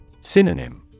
Synonym